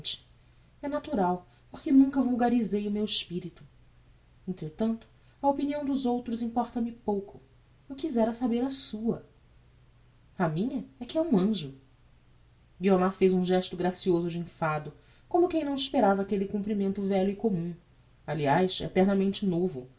é natural porque nunca vulgarisei o meu espirito entretanto a opinião dos outros importa me pouco eu quizera saber a sua a minha é que é um anjo guiomar fez um gesto gracioso de enfado como quem não esperava aquelle comprimento velho e commum aliás eternamente novo